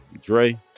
Dre